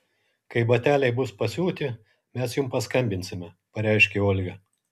kai bateliai bus pasiūti mes jums paskambinsime pareiškė olga